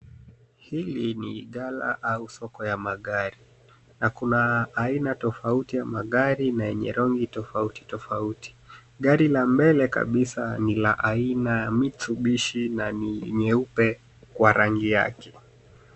Hili ni gala au soko ya magari na kuna aina tofauti ya magari na yenye rangi tofauti tofauti. Gari la mbele kabisa ni la aina ya Mitsubishi na ni nyeupe kwa rangi yake.